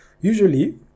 Usually